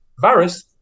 virus